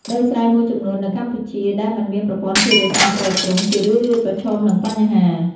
ដីស្រែមួយចំនួននៅកម្ពុជា ដែលមិនមានប្រព័ន្ធធារាសាស្ត្រទ្រទ្រង់ ជារឿយៗប្រឈមនឹងបញ្ហា៖